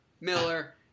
Miller